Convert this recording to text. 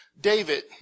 David